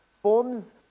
Forms